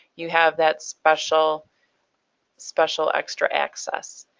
you have that special special extra access.